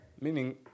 Meaning